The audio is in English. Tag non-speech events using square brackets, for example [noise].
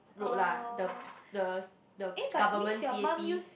route lah the [noise] the the government P_A_P